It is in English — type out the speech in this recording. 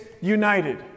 united